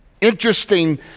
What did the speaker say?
Interesting